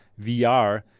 vr